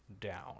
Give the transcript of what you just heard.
down